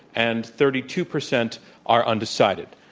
and thirty two percent are undecided.